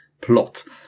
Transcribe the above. plot